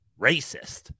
racist